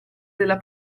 della